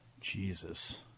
Jesus